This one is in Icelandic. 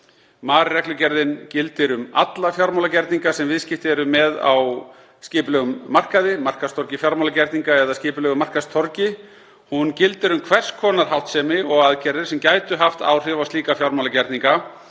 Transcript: MAR-reglugerðin gildir um alla fjármálagerninga sem viðskipti eru með á skipulegum markaði, markaðstorgi fjármálagerninga eða skipulögðu markaðstorgi. Hún gildir um hvers konar háttsemi og aðgerðir sem gætu haft áhrif á slíka fjármálagerninga